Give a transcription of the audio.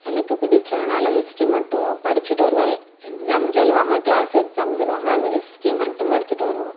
எனக்கு பிடிச்சதுனால் ஹிஸ்ட்ரி மட்டும் படித்துட்டு வருவேன் எக்ஸாம் சொல்லுவாங்க க்ளாஸ் எக்ஸாம்னு சொல்லுவாங்க அந்த ஹிஸ்ட்ரி மட்டும் படித்துட்டு வருவோம்